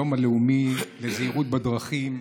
היום הלאומי לזהירות בדרכים,